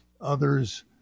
Others